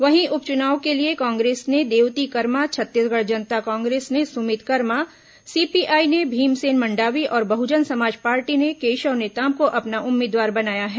वहीं उप चुनाव के लिए कांग्रेस ने देवती कर्मा छत्तीसगढ़ जनता कांग्रेस ने सुमित कर्मा सीपीआई ने भीमसेन मंडावी और बहजन समाज पार्टी ने केशव नेताम को अपना उम्मीदवार बनाया है